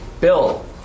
Bill